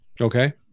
Okay